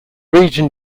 region